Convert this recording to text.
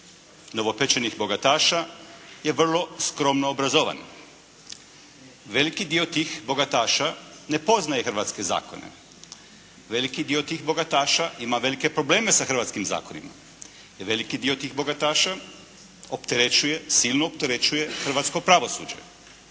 novopečenih bogataša je vrlo skromno obrazovan. Veliki dio tih bogataša ne poznaje hrvatske zakone, veliki dio tih bogataša ima velike probleme sa hrvatskim zakonima, veliki dio tih bogataša opterećuje, silno opterećuje hrvatsko pravosuđe